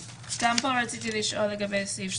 רציתי לשאול לגבי סעיף,